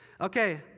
Okay